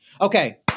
Okay